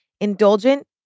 Indulgent